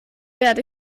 werde